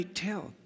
tell